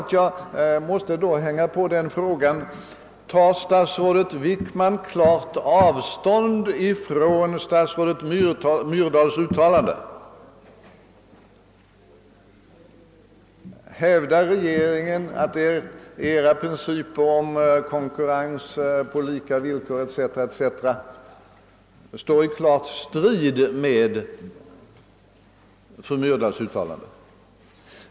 Jag måste här hänga på frågan, om statsrådet Wickman tar klart avstånd från statsrådet Myrdals uttalande. Inser regeringen att dess principer om konkurrens på lika villkor etc. står i strid med fru Myrdals uttalande.